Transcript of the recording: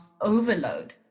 overload